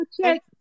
check